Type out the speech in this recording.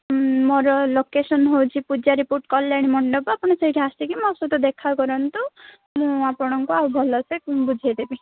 ମୋର ଲୋକେସନ୍ ହେଉଛି ପୂଜାରୀପୁର କଲ୍ୟାଣୀ ମଣ୍ଡପ ସେଇଠି ଆସିକି ମୋ ସହିତ ଦେଖା କରନ୍ତୁ ମୁଁ ଆପଣଙ୍କୁ ଆଉ ଭଲସେ ବୁଝେଇ ଦେବି